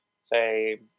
say